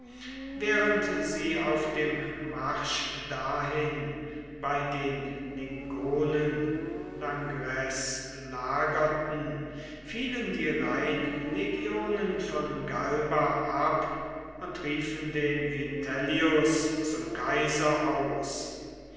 während sie auf dem marsch dahin bei den lingonen langres lagerten fielen die rheinlegionen von galba ab und riefen den vitellius zum kaiser aus